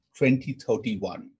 2031